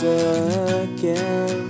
again